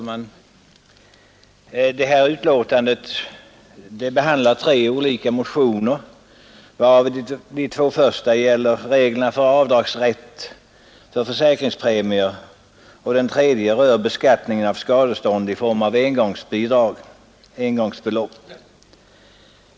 Fru talman! I detta betänkande behandlas tre olika motioner varav de två första gäller reglerna för avdragsrätt för försäkringspremier och den tredje beskattning av skadestånd i form av engångsbelopp.